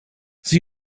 sie